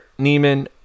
Neiman